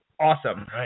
Awesome